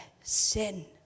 sin